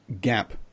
Gap